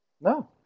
No